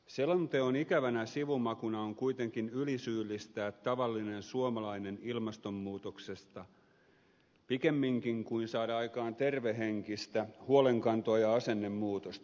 selonteon ikävänä sivumakuna on kuitenkin ylisyyllistää tavallinen suomalainen ilmastonmuutoksesta pikemminkin kuin saada aikaan tervehenkistä huolenkantoa ja asennemuutosta